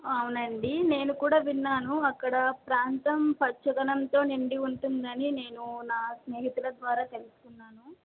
అవునండీ నేను కూడా విన్నాను అక్కడ ప్రాంతం పచ్చదనంతో నిండి ఉంటుందని నేను నా స్నేహితుల ద్వారా తెలుసుకున్నాను